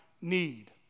need